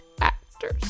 actors